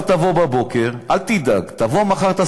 תבוא מחר בבוקר,